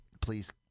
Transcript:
Please